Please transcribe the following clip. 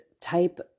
type